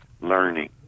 learning